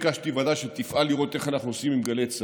ביקשתי ועדה שתפעל לראות מה אנחנו עושים עם גלי צה"ל.